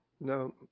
no